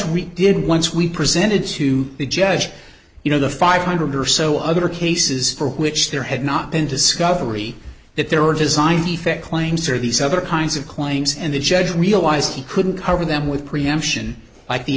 we did once we presented to the judge you know the five hundred or so other cases for which there had not been discovery that there are design defect claims or these other kinds of claims and the judge realized he couldn't cover them with preemption like the